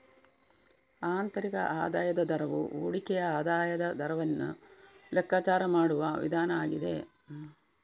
ಆಂತರಿಕ ಆದಾಯದ ದರವು ಹೂಡಿಕೆಯ ಆದಾಯದ ದರವನ್ನ ಲೆಕ್ಕಾಚಾರ ಮಾಡುವ ವಿಧಾನ ಆಗಿದೆ